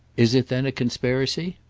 is it then a conspiracy?